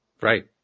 Right